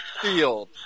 Field